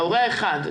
הורה אחד.